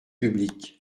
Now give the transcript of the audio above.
publics